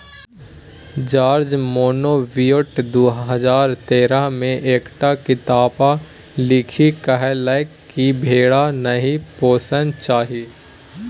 George Monbiot दु हजार तेरह मे एकटा किताप लिखि कहलकै कि भेड़ा नहि पोसना चाही